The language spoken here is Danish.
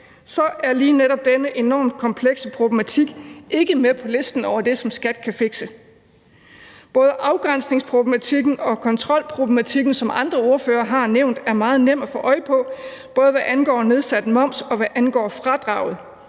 er lige netop denne enormt komplekse problematik ikke med på listen over det, som skat kan fikse. Både afgrænsningsproblematikken og kontrolproblematikken, som andre ordførere har nævnt, er meget nemme at få øje på, både hvad angår nedsat moms, og hvad angår fradraget,